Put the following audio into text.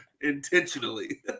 intentionally